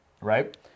Right